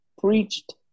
preached